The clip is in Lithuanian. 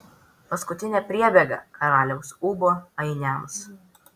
paskutinė priebėga karaliaus ūbo ainiams